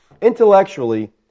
Intellectually